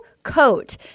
coat